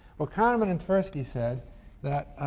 well, kahneman and tversky said that